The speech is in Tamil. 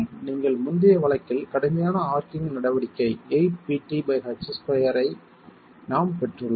நீங்கள் முந்தைய வழக்கில் கடுமையான ஆர்ச்சிங் நடவடிக்கை 8Pth2 ஸ்கொயர் ஐ நாம் பெற்றுள்ளோம்